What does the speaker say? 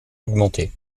augmenté